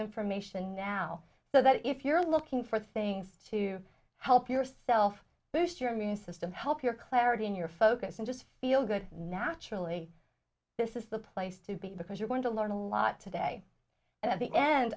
information now so that if you're looking for things to help yourself boost your immune system help your clarity in your focus and just feel good naturally this is the place to be because you're going to learn a lot today at the end